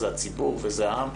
זה הציבור וזה העם,